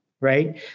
right